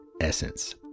essence